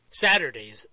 Saturdays